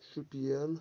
Shopian